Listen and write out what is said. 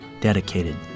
dedicated